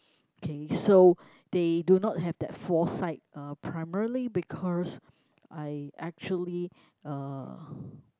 okay so they do not have that foresight uh primarily because I actually uh